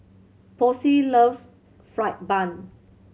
Posey loves fried bun